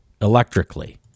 electrically